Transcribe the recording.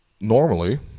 normally